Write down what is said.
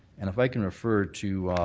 and if i can refer to